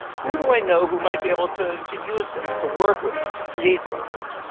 who do i know who might be able to to use this, to work with it, to create something with